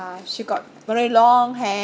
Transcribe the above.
she got very long hair